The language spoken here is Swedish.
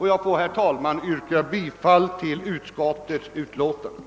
Herr talman! Jag yrkar bifall till utskottets hemställan.